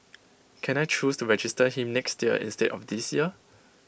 can I choose to register him next year instead of this year